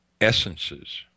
essences